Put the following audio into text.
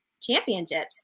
championships